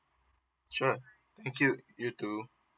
sure thank you you too